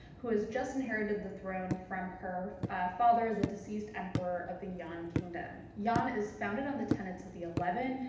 who has just inherited the throne from her father, the deceased emperor of the yan kingdom. yan is founded on the tenets of the eleven,